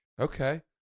Okay